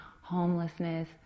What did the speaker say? homelessness